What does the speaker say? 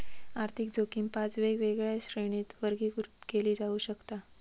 आर्थिक जोखीम पाच वेगवेगळ्या श्रेणींत वर्गीकृत केली जाऊ शकता